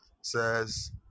says